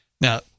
Now